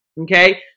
okay